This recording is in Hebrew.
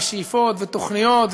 ושאיפות ותוכניות,